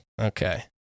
Okay